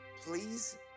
Please